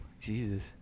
Jesus